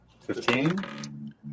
Fifteen